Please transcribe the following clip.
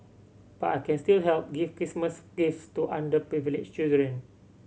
but I can still help give Christmas gifts to underprivileged children